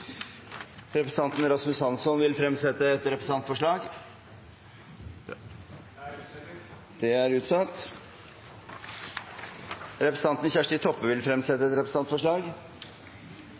Representanten Kjersti Toppe vil fremsette et representantforslag. Eg vil fremja eit representantforslag